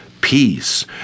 peace